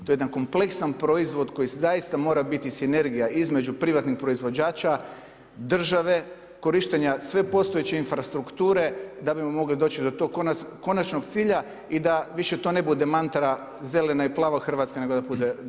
To je jedan kompleksan proizvod koji zaista mora biti sinergija između privatnih proizvođača, države, korištenja sve postojeće infrastrukture da bismo mogli doći do konačnog cilja i da više to ne bude mantra zelena i plava Hrvatska, nego da to bude realnost.